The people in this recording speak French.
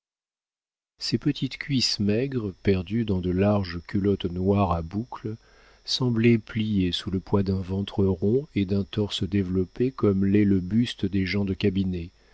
ses petites cuisses maigres perdues dans de larges culottes noires à boucles semblaient plier sous le poids d'un ventre rond et d'un torse développé comme l'est le buste des gens de cabinet